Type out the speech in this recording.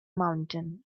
mountain